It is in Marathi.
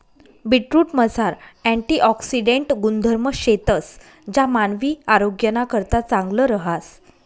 बीटरूटमझार अँटिऑक्सिडेंट गुणधर्म शेतंस ज्या मानवी आरोग्यनाकरता चांगलं रहास